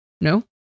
No